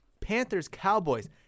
Panthers-Cowboys